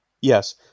Yes